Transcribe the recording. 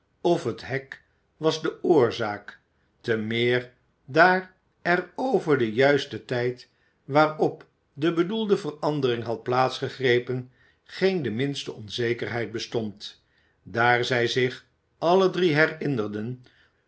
of het hek was de oorzaak te meer daar er over den juisten tijd waarop de bedoelde verandering had plaats gegrepen geen de minste onzekerheid bestond daar zij zich alle drie herinnerden